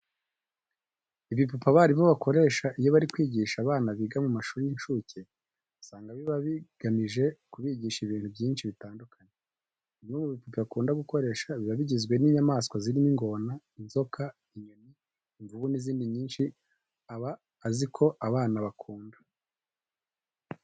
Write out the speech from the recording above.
Ibipupe abarimu bakoresha iyo bari kwigisha abana biga mu mashuri y'incuke, usanga biba bigamije kubigisha ibintu byinshi bitandukanye. Bimwe mu bipupe akunda gukoresha biba bigizwe n'inyamaswa zirimo ingona, inzoka, inyoni, imvubu n'izindi nyinshi aba azi ko abana bakunda.